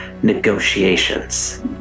Negotiations